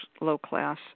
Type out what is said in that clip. low-class